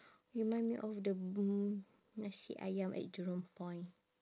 remind me of the bung~ nasi ayam at jurong point